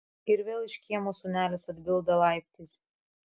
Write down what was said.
ir vėl iš kiemo sūnelis atbilda laiptais